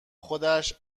خودش